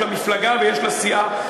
יש לה מפלגה ויש לה סיעה,